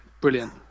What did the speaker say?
brilliant